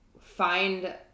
find